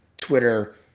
Twitter